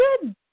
good